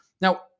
Now